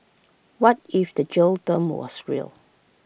what if the jail term was real